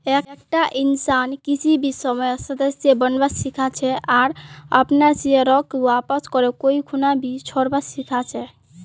एकता इंसान किसी भी समयेत सदस्य बनवा सीखा छे आर अपनार शेयरक वापस करे कोई खूना भी छोरवा सीखा छै